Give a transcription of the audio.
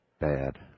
bad